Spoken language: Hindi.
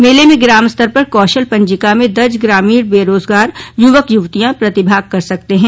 मेले में ग्राम स्तर पर कौशल पंजिका में दर्ज ग्रामीण बेराजगार युवक युवतियों प्रतिभाग कर सकते हैं